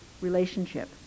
relationship